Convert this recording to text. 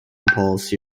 policy